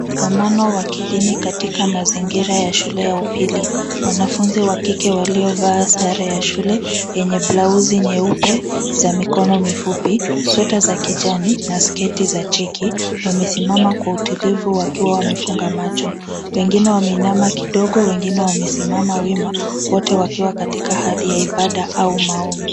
Kamano wa kidini katika mazingira ya shule ya upili, wanafunzi wa kike waliovaa sare ya shule yenye blauzi nyeupe za mikono mifupi sweta za kijani na sketi za cheki wamesimama kwa utulivu wakiwa wamefunga macho, wengine wameinama kidogo, wengine wamesiama wima wote wakiwa katika hali ya ibada au maombi.